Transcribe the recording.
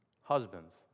husbands